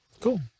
Cool